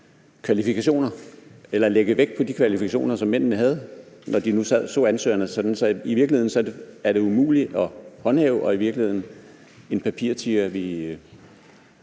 kvalifikationer eller lægge vægt på de kvalifikationer, som mændene havde, når de nu så ansøgerne, så det i virkeligheden er umuligt at håndhæve og en papirtiger, vi